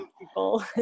People